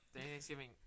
Thanksgiving